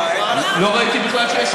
יש זמנים, לא ראיתי בכלל שיש רוב.